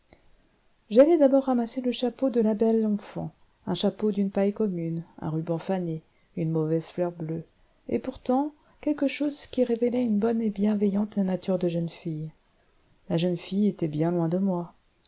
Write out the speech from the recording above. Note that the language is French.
j'allai d'abord ramasser le chapeau de la belle enfant un chapeau d'une paille commune un ruban fané une mauvaise fleur bleue et pourtant quelque chose qui révélait une bonne et bienveillante nature de jeune fille la jeune fille était bien loin de moi